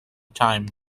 time